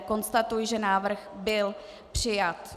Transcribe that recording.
Konstatuji, že návrh byl přijat.